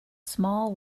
small